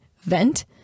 vent